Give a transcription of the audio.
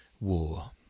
war